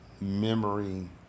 memory